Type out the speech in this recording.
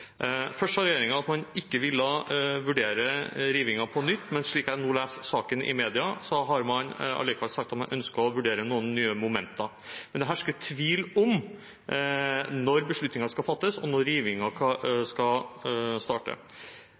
Først sa regjeringen at man ikke ville vurdere rivingen på nytt, men slik jeg nå leser saken i media, har man likevel sagt at man ønsker å vurdere noen nye momenter. Men det hersker tvil om når beslutningen skal fattes, og når rivingen skal starte.